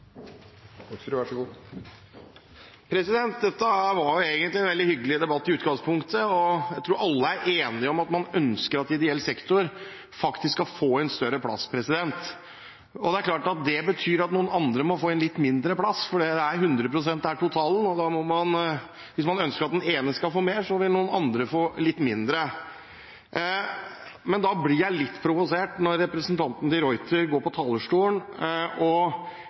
Dette var egentlig en veldig hyggelig debatt i utgangspunktet. Jeg tror alle er enige om at man ønsker at ideell sektor skal få en større plass, og det er klart det betyr at noen andre må få litt mindre plass. 100 pst. er totalen, og hvis man ønsker at den ene skal få mer, vil noen andre få litt mindre. Men jeg blir litt provosert når representanten de Ruiter går på talerstolen og